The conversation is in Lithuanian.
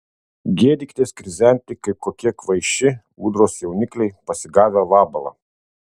gėdykitės krizenti kaip kokie kvaiši ūdros jaunikliai pasigavę vabalą